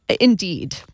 Indeed